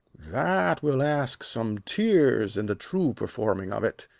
that will ask some tears in the true performing of it.